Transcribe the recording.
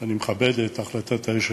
אני מכבד את החלטת היושב-ראש,